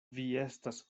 estas